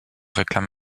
réclame